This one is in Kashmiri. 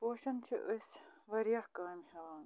پوشن چھِ أسۍ واریاہ کامہِ ہٮ۪وان